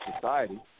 society